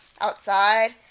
outside